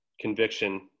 Conviction